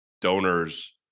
donors